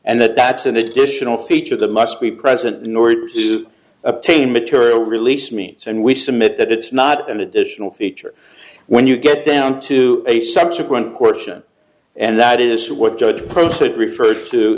and that that's an additional feature that must be present in order to obtain material release means and we submit that it's not an additional feature when you get down to a subsequent portion and that is what judge prototype refer